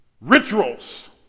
Rituals